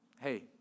hey